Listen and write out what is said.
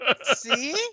See